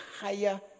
higher